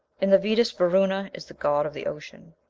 in the vedas varuna is the god of the ocean.